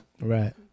right